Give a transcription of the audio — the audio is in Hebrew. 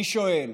אני שואל.